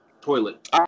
toilet